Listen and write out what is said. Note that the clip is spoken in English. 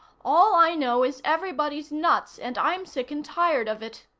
all i know is everybody's nuts, and i'm sick and tired of it.